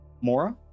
Mora